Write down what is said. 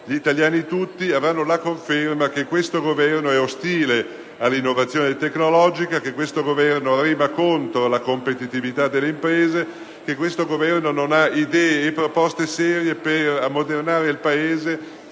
gli italiani tutti avranno la conferma che questo Governo è ostile all'innovazione tecnologica, rema contro la competitività delle imprese e non ha idee e proposte serie per ammodernare il Paese